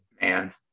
Man